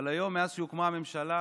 אבל היום, מאז שהוקמה הממשלה,